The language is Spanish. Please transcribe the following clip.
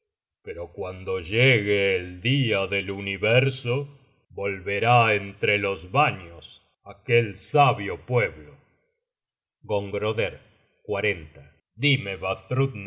pero cuando llegue el dia del universo volverá entre los vanios aquel sabio pueblo gongroder dime